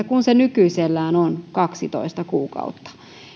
kun se nykyisellään on kaksitoista kuukautta